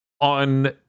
on